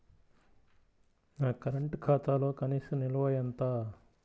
నా కరెంట్ ఖాతాలో కనీస నిల్వ ఎంత?